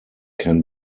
can